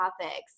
topics